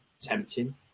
tempting